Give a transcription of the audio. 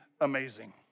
amazing